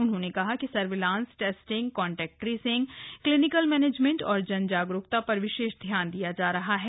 उन्होंने कहा कि सर्विलांसए टेस्टिंगए कान्टेक्ट ट्रेसिंगए क्लिनिकल मैनेजमेंट और जन जागरूकता पर विशेष ध्यान दिया जा रहा है